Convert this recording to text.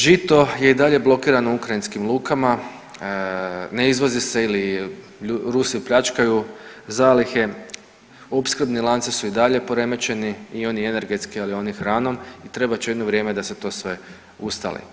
Žito je i dalje blokirano u ukrajinskim lukama, ne izvozi se ili Rusi pljačkaju zalihe, opskrbni lanci su i dalje poremećeni i oni energetski, ali i oni hranom i trebat će jedno vrijeme da se to sve ustali.